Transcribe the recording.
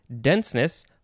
denseness